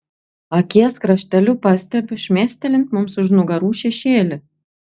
akies krašteliu pastebiu šmėstelint mums už nugarų šešėlį